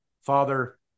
father